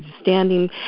standing